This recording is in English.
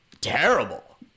terrible